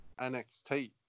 NXT